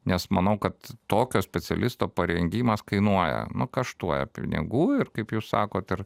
nes manau kad tokio specialisto parengimas kainuoja nu kaštuoja pinigų ir kaip jūs sakot ir